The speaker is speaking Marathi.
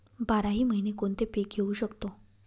बाराही महिने कोणते पीक घेवू शकतो?